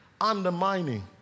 undermining